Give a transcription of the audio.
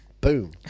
Boom